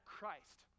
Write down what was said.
Christ